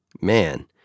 Man